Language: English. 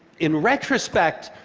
in retrospect,